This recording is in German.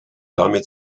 damit